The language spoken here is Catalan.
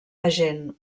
agent